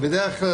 בדרך כלל,